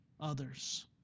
others